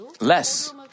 less